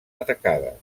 atacades